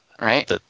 Right